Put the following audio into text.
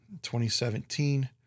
2017